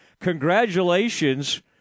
congratulations